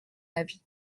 avis